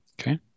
Okay